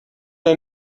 der